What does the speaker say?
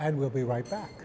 and we'll be right back